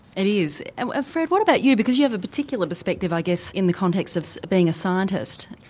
it is. and fred, what about you, because you have a particular perspective i guess in the context of being a scientist.